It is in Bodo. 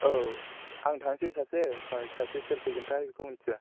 औ आं थानोसै सासे ओमफ्राय सासे सोर फैगोन थाय बिखौ मिनथिया